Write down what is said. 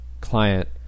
client